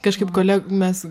kažkaip kole mes